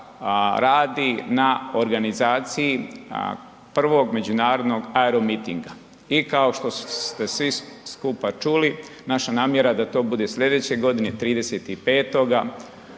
radi na organizaciji prvog međunarodnog aeromitinga. I kao što ste svi skupa čuli, naša namjera je da to bude sljedeće godine 30.5.